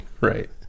right